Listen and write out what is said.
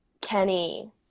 Kenny